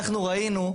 אנחנו ראינו,